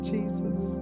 Jesus